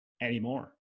anymore